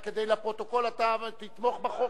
רק לפרוטוקול, אתה תתמוך בחוק?